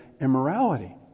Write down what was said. immorality